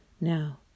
Now